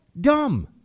dumb